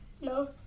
no